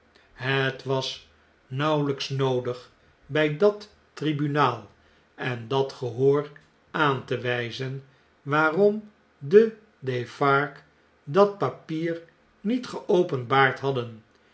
het was nauwelijks noodig bij dat tribunaal en dat gehoor aan te wflzen waarom de defarges dat papier niet geopenbaard hadden